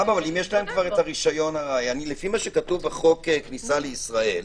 לפי מה שכתוב בחוק הכניסה לישראל,